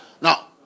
Now